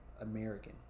American